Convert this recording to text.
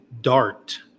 Dart